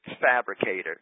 fabricator